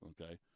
okay